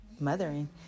mothering